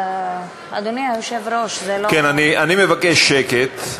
אדוני היושב-ראש, זה לא, אני מבקש שקט.